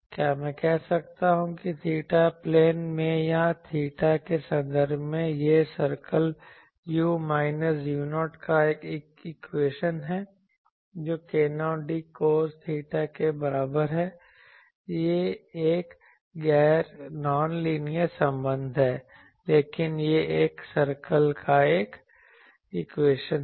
क्या मैं कह सकता हूँ कि थीटा प्लेन में या थीटा के संदर्भ में यह सर्कल u माइनस u0 का एक इक्वेशन है जो k0d कोस थीटा के बराबर है यह एक गैर लीनियर संबंध है लेकिन यह एक सर्कल का एक इक्वेशन है